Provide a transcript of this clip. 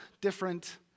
different